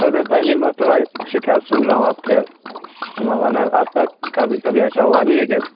سر میں پہلی مرتبہ شکایت سن رہا ہوں آپ کے ورنہ آج تک کبھی کبھی ایسا ہوا نہیں ہے کہ